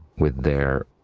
with their.